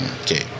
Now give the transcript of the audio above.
Okay